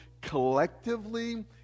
collectively